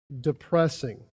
depressing